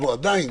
אנחנו עדיין